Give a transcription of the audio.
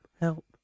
help